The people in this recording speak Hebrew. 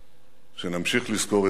שנמשיך לזכור את גנדי.